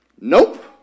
nope